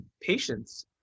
patients